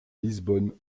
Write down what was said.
lisbonne